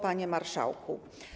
Panie Marszałku!